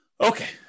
Okay